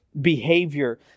behavior